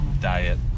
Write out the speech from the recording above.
diet